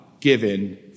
given